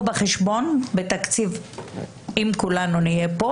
בחשבון בתקציב של השנתיים הבאות אם כולנו נהיה פה